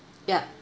yup